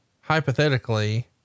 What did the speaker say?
Hypothetically